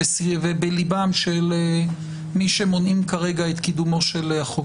ובליבם של מי שמונעים כרגע את קידומו של החוק,